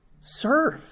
Serve